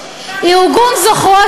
ארגון "זוכרות",